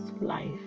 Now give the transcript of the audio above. life